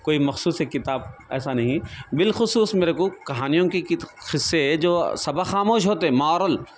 کوئی مخصوص ایک کتاب ایسا نہیں ہے بالخصوص میرے کو کہانیوں کے کت قصے جو سبق آموز ہوتے مورل